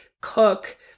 cook